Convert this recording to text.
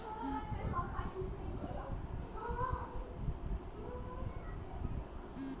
मोहिनी कहले जे एरोपोनिक्सेर प्रकारेर बार वहाक जानकारी छेक